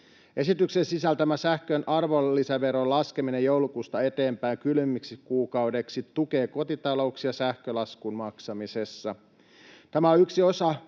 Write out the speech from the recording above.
Esityksen sisältämä sähkön arvonlisäveron laskeminen joulukuusta eteenpäin kylmimmiksi kuukausiksi tukee kotitalouksia sähkölaskun maksamisessa. Tämä on yksi osa